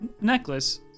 necklace